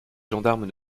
gendarmes